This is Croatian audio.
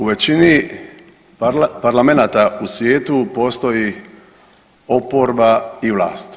U većini parlamenata u svijetu postoji oporba i vlast.